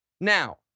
Now